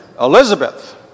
Elizabeth